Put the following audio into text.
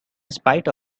spite